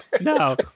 no